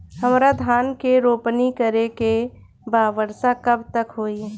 हमरा धान के रोपनी करे के बा वर्षा कब तक होई?